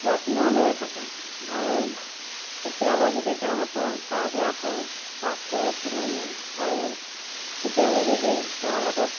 যত্ন লৈ থাকোঁ আৰু কেতিয়াবা যদি তেওঁলোকৰ গা বেয়া হয় ডাক্তৰৰ ওচৰলৈ নিওঁ আৰু কেতিয়াবা যদি তেওঁলোকক